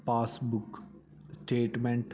passbook statement